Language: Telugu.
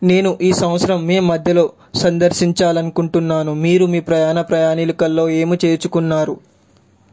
నేను ఈ సంవత్సరం మే మధ్యలో సందర్శించాలనుకుంటున్నాను మీరు మీ ప్రయాణ ప్రయాణికల్లో ఏమి చేర్చుకున్నారు